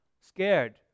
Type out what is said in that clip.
scared